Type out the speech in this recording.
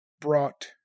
brought